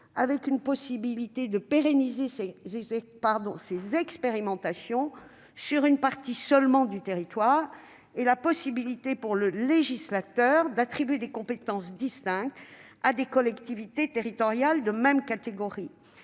la possibilité de pérenniser les expérimentations locales sur une partie seulement du territoire et la possibilité, pour le législateur, d'attribuer des compétences distinctes à des collectivités territoriales de même catégorie.